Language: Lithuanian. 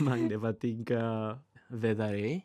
man patinka vėdarai